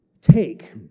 take